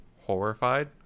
horrified